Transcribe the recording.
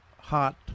hot